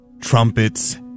Trumpets